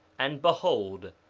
and behold,